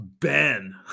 Ben